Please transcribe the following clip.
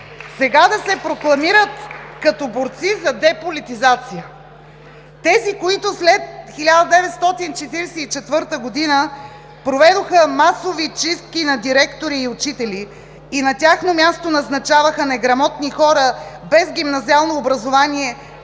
сега да се прокламират като борци за деполитизация?! Тези, които след 1944 г. проведоха масови чистки на директори и учители и на тяхно място назначаваха неграмотни хора без гимназиално образование